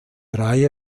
reihe